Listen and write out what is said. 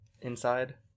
inside